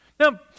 Now